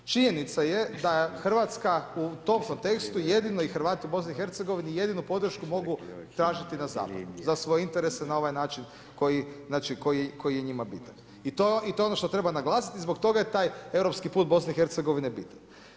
Činjenica je da Hrvatska u tom kontekstu jedino i Hrvati u BiH jedinu podršku mogu tražiti na zapadu, za svoje interese na ovaj način koji je njima bitan i to je ono što treba naglasiti i zbog toga je taj europski put BiH bitan.